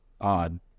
odd